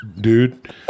dude